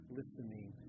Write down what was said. Listening